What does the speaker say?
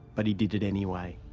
but he did it anyway.